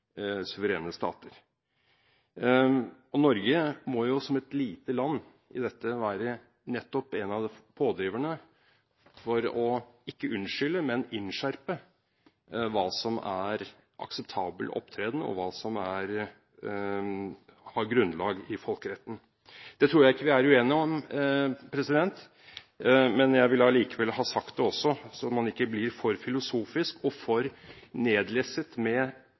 suverene stater. Norge må som et lite land i dette være nettopp en av pådriverne for ikke å unnskylde, men å innskjerpe hva som er akseptabel opptreden, og hva som har grunnlag i folkeretten. Det tror jeg ikke vi er uenige om, men jeg vil allikevel ha sagt det, så man ikke blir for filosofisk og for nedlesset med